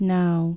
now